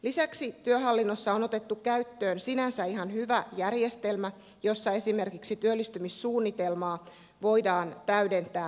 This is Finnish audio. lisäksi työhallinnossa on otettu käyttöön sinänsä ihan hyvä järjestelmä jossa esimerkiksi työllistymissuunnitelmaa voidaan täydentää puhelimitse